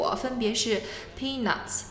分别是Peanuts